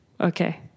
Okay